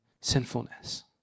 sinfulness